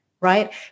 Right